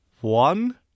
One